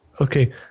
Okay